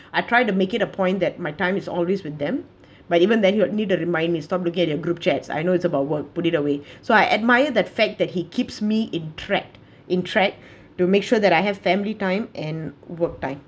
I tried to make it a point that my time is always with them but even then you need to remind me stop looking at your group chats I know it's about work put it away so I admire that fact that he keeps me interact in track to make sure that I have family time and work time